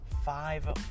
five